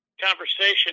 conversation